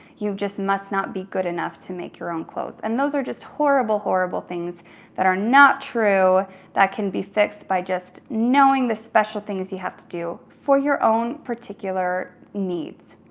you just must not be good enough to make your own clothes. and those are just horrible, horrible things that are not true that can be fixed by just knowing the special things you have to do for your own particular needs.